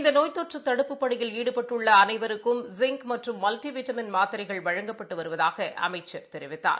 இந்தநோய் தொற்றுதடுப்புப் பணியில் ஈடுபட்டுள்ளஅனைவருக்கும் ஜிங்க் மற்றும் மல்டிவைட்டமின் மாத்திரைகள் வழங்கப்பட்டுவருவதாகஅமைச்சர் தெரிவித்தார்